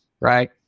right